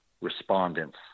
respondents